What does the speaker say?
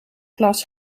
klas